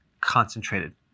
concentrated